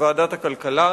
בוועדת הכלכלה,